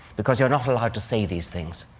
because you're not allowed to say these things.